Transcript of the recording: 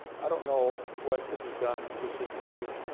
i don't know what could be done specifically.